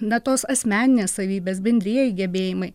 na tos asmeninės savybės bendrieji gebėjimai